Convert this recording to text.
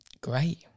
Great